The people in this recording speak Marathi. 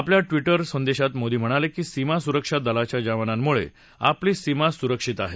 आपल्या ट्विटवर संदेशात मोदी म्हणाले की सीमा सुरक्षा दलाच्या जवानांमुळे आपली सीमा सुरक्षित आहे